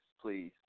please